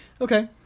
Okay